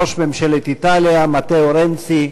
ראש ממשלת איטליה מתאו רנצי,